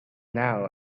now